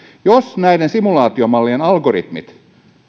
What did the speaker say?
jos näiden simulaatiomallien algoritmit